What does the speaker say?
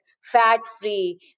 fat-free